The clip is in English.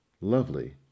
lovely